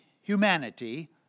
humanity